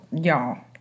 y'all